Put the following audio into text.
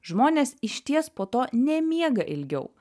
žmonės išties po to nemiega ilgiau